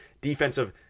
defensive